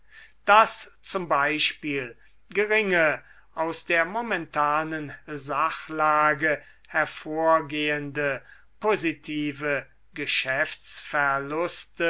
daß z b geringe aus der momentanen sachlage hervorgehende positive